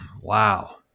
wow